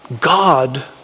God